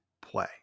play